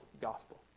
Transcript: gospel